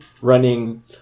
running